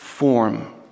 form